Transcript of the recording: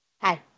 Hi